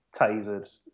tasered